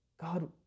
God